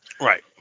Right